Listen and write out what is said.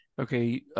okay